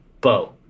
bow